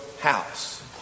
house